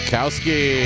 Kowski